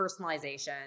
personalization